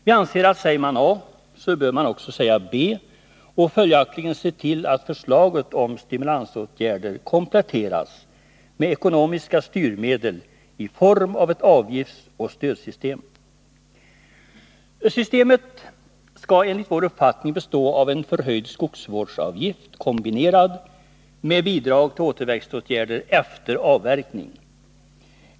Vi anser att om man säger A bör man också säga B och följaktligen se till att förslaget om stimulansåtgärder kompletteras med ekonomiska styrmedel i form av ett avgiftsoch stödsystem. Systemet skall enligt vår uppfattning bestå av en förhöjd skogsvårdsavgift kombinerad med bidrag till återväxtåtgärder efter avverkning.